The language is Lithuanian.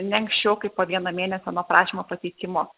ne anksčiau kaip po vieną mėnesį nuo prašymo pateikimo